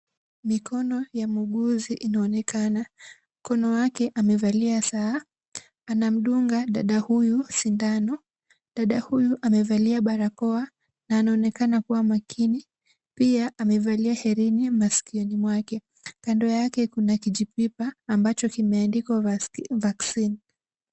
Mikono ya muuguzi inaonekana, mkono wake amevalia saa, anamdunga dada huyu sindano, dada huyu amevalia barakoa na anaonekana kuwa makini pia amevalia herini maskioni mwake. Kando yake kuna kijipipa ambacho kimeandikwa vaccine .